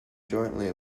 jointly